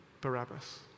Barabbas